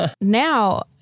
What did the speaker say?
Now